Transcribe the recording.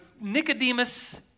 Nicodemus